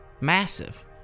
massive